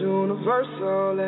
universal